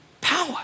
Power